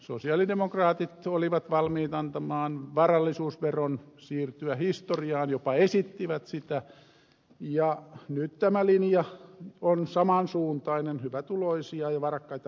sosialidemokraatit olivat valmiit antamaan varallisuusveron siirtyä historiaan jopa esittivät sitä ja nyt tämä linja on samansuuntainen hyvätuloisia ja varakkaita suosiva